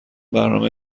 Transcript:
برنامه